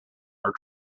are